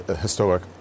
historic